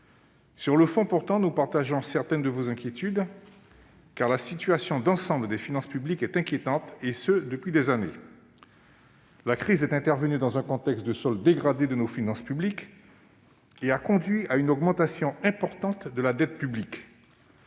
Sur le fond, pourtant, nous partageons certaines de vos préoccupations, la situation d'ensemble des finances publiques étant inquiétante, et ce depuis des années. La crise est intervenue dans un contexte de solde dégradé de nos finances publiques et a conduit à une augmentation importante de la dette publique.